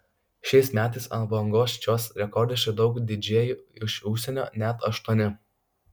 šiais metais ant bangos čiuoš rekordiškai daug didžėjų iš užsienio net aštuoni